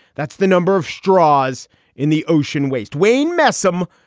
that's the number of straws in the ocean waist, wayne mesome.